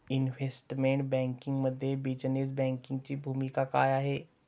Investment बँकिंगमध्ये business बँकिंगची भूमिका काय आहे?